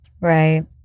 Right